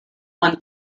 one